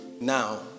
Now